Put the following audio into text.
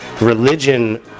religion